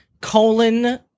Colon